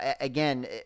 again